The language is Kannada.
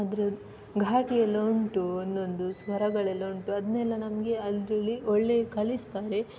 ಅದರ ಘಾಟಿ ಎಲ್ಲ ಉಂಟು ಒಂದೊಂದು ಸ್ವರಗಳೆಲ್ಲ ಉಂಟು ಅದನ್ನೆಲ್ಲ ನಮಗೆ ಅದರಲ್ಲಿ ಒಳ್ಳೆ ಕಲಿಸ್ತಾರೆ